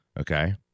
Okay